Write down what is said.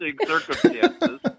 circumstances